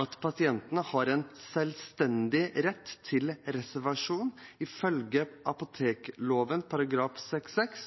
at pasientene har en selvstendig rett til reservasjon ifølge apotekloven § 6-6,